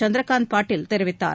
சந்திரகாந்த் பட்டீல் தெரிவித்தார்